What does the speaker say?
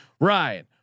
Ryan